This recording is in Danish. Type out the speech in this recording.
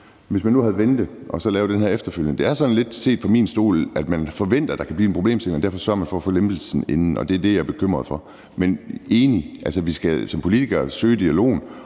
i stedet for have ventet og så lavet det her efterfølgende. Det er set fra min stol lidt sådan, at man forventer, at der kan blive en problemstilling, og derfor sørger man for at få lempelsen inden, og det er det, jeg er bekymret for. Men jeg er enig i, at vi som politikere skal søge dialogen.